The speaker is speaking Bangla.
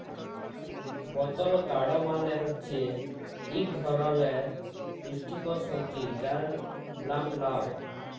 বতল গাড় মালে হছে ইক ধারালের পুস্টিকর সবজি যার লাম লাউ